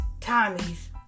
Tommy's